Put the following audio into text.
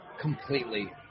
completely